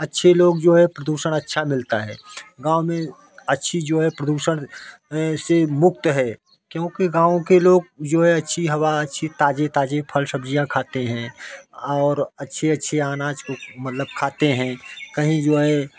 अच्छे लोग जो है प्रदूषण अच्छा मिलता है गाँव में अच्छी जो है प्रदूषण से मुक्त है क्योंकि गाँव के लोग अच्छी हवा अच्छी ताजे ताजे फल सब्जियाँ खाते हैं और अच्छे अच्छे आनाज को मतलब खाते हैं कहीं जो है